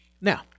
Now